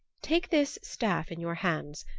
take this staff in your hands.